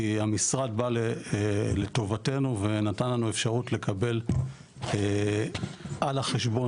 כי המשרד בא לטובתנו ונתן לנו אפשרות לקבל על החשבון